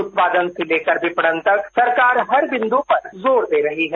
उत्पादन से लेकर विपणन तक सरकार हर बिंदू पर जोड़ दे रही है